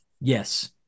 Yes